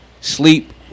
sleep